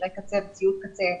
במכשירי קצה וציוד קצה,